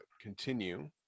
continue